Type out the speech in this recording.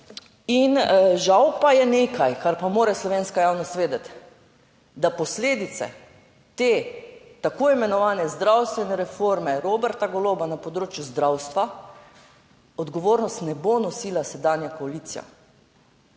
In žal pa je nekaj, kar pa mora slovenska javnost vedeti, da posledice te tako imenovane zdravstvene reforme Roberta Goloba na področju zdravstva, odgovornost ne bo nosila sedanja koalicija,